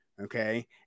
Okay